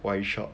wine shop